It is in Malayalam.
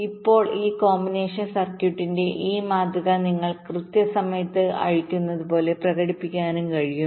ഇപ്പോൾ ഒരു കോമ്പിനേഷണൽ സർക്യൂട്ടിന്റെ ഈ മാതൃക നിങ്ങൾ കൃത്യസമയത്ത് അഴിക്കുന്നതുപോലെ പ്രകടിപ്പിക്കാനും കഴിയും